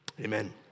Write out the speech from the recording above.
Amen